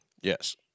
Yes